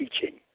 teaching